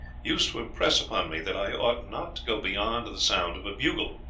used to impress upon me that i ought not to go beyond the sound of a bugle.